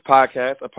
Podcast